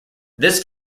this